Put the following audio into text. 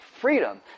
freedom